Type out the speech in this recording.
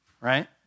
right